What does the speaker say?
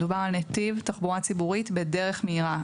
מדובר על נתיב תחבורה ציבורית בדרך מהירה.